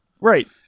Right